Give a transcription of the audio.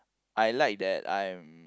I like that I am